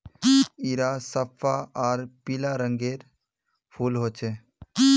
इरा सफ्फा आर पीला रंगेर फूल होचे